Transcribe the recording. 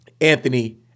Anthony